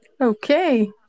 Okay